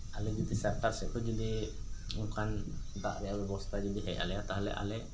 ᱟᱞᱮ ᱡᱩᱫᱤ ᱥᱚᱨᱠᱟᱨ ᱥᱮᱫ ᱠᱷᱚᱱ ᱡᱩᱫᱤ ᱚᱱᱠᱟᱱ ᱫᱟᱜ ᱨᱮᱭᱟᱜ ᱵᱮᱵᱚᱥᱛᱷᱟ ᱡᱩᱫᱤ ᱦᱮᱡ ᱟᱞᱮᱭᱟ ᱛᱟᱦᱚᱞᱮ ᱟᱞᱮ